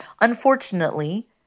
Unfortunately